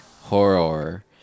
Horror